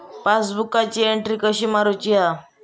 पासबुकाची एन्ट्री कशी मारुची हा?